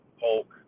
Hulk